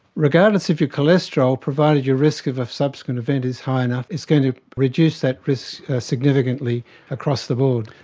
regardless of your cholesterol, provided your risk of of subsequent event is high enough, it's going to reduce that risk significantly across the board.